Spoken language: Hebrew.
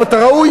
אם אתה ראוי,